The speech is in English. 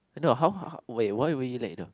no how wait why were you late though